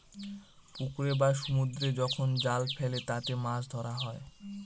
পুকুরে বা সমুদ্রে যখন জাল ফেলে তাতে মাছ ধরা হয়